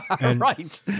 Right